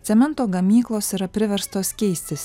cemento gamyklos yra priverstos keistis